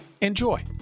enjoy